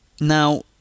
Now